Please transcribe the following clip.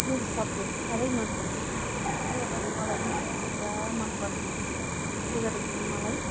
English subject चाहिँ साह्रै मनपर्थ्यो किनभने मलाई इङ्ग्लिस बोल्नु पुरा मनपर्थ्यो त्यसले गर्दाखेरि मलाई